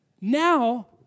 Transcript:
Now